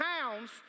pounds